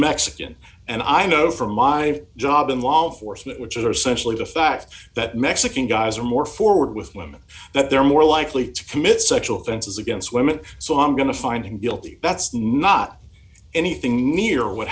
mexican and i know from my job involves force that which are essentially the fact that mexican guys are more forward with women that they're more likely to commit sexual offenses against women so i'm going to find him guilty that's not anything near what